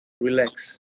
relax